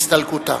להסתלקותה.